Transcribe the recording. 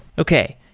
okay.